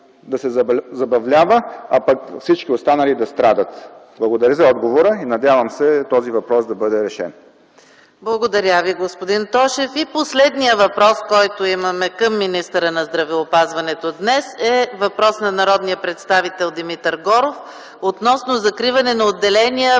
да се забавлява, а пък всички останали да страдат. Благодаря за отговора, надявам се този въпрос да бъде решен.